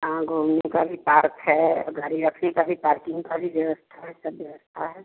हाँ घूमने का भी पार्क है गाड़ी रखने का भी पार्किंग सारी व्यवस्था है सब व्यवस्था है